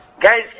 Guys